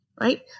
right